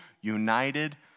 united